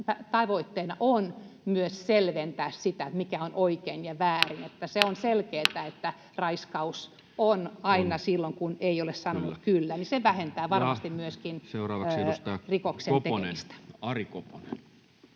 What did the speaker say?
tavoitteena on myös selventää sitä, mikä on oikein ja väärin. Kun se on selkeätä, että raiskaus on aina silloin, kun ei ole sanonut kyllä, niin se vähentää varmasti myöskin rikoksen tekemistä. [Speech 452] Speaker: Toinen